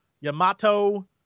Yamato